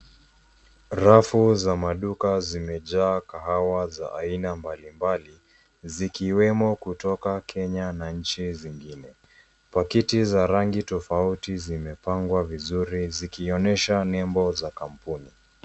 Rafu za maduka zimejaa kahawa za aina mbalimbali zikiwemo kutoka Kenya na nchi zingine. Pakiti za rangi tofauti zimepangwa vizuri zikionyesha nembo za kampuni.